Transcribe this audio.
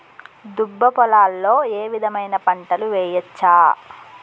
దుబ్బ పొలాల్లో ఏ విధమైన పంటలు వేయచ్చా?